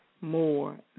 more